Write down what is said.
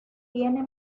tiene